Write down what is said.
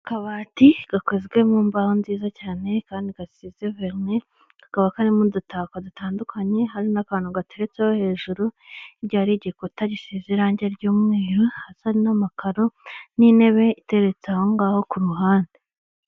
Akabati gakozwe mu mbaho nziza cyane kandi gasize verine, kakaba karimo udutako dutandukanye hari n'akantu gateretseho hejuru hirya hari igikuta gisize irangi ry'umweru hasi harimo n'amakaro n'intebe iteretse aho ngaho k'uruhande.